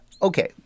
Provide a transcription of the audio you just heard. Okay